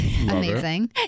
amazing